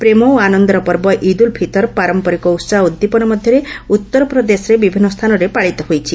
ପ୍ରେମ ଓ ଆନନ୍ଦର ପର୍ବ ଇଦ୍ ଉଲ୍ ଫିତର୍ ପାରମ୍ପରିକ ଉତ୍ସାହ ଓ ଉଦ୍ଦୀପନା ମଧ୍ୟରେ ଉତ୍ତର ପ୍ରଦେଶର ବିଭିନ୍ନ ସ୍ଥାନରେ ପାଳିତ ହୋଇଛି